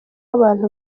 abantu